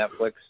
Netflix